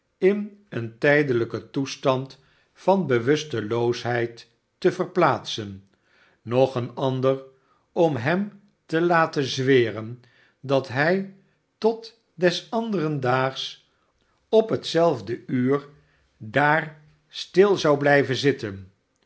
in een tijdelijken toestand van bewusteloosheid te verplaatsen nog een ander om hem te laten zweren dat hij tot des anderen daags op hetzelfde uur daar stil zou blijven zitten